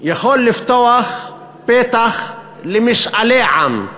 יכול לפתוח פתח למשאלי עם,